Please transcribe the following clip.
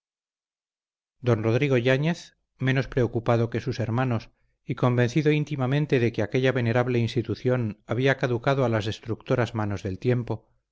don rodrigo yáñez menos preocupado que sus hermanos y convencido íntimamente de que aquella venerable institución había caducado a las destructoras manos del tiempo